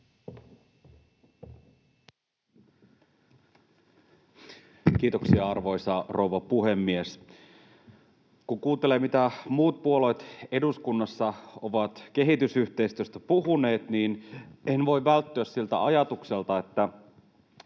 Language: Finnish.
Kiitoksia, arvoisa rouva puhemies! Kun kuuntelee, mitä muut puolueet eduskunnassa ovat kehitysyhteistyöstä puhuneet, niin en voi välttyä siltä ajatukselta, että